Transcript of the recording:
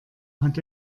hat